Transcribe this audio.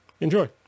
Enjoy